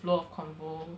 flow of convo